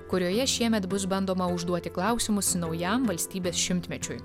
kurioje šiemet bus bandoma užduoti klausimus naujam valstybės šimtmečiui